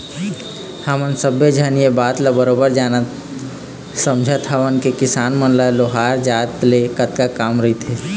हमन सब्बे झन ये बात ल बरोबर जानत समझत हवन के किसान मन ल लोहार जात ले कतका काम रहिथे